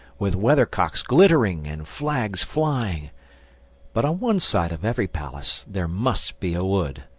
with weathercocks glittering and flags flying but on one side of every palace there must be a wood.